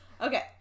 Okay